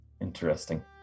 Interesting